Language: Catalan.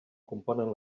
componen